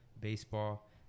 baseball